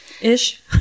Ish